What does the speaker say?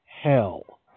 hell